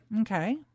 Okay